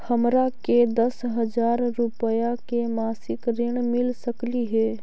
हमरा के दस हजार रुपया के मासिक ऋण मिल सकली हे?